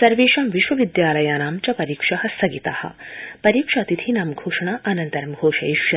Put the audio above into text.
सर्वेषां विश्वविद्यालयानां च परीक्षा स्थगिता परीक्षा तिथिनां घोषणा अनन्तर ं घोषयिष्यन्ति